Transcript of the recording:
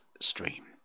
stream